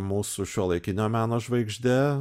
mūsų šiuolaikinio meno žvaigždė